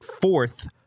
fourth